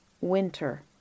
winter